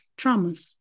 traumas